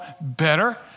better